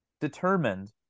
determined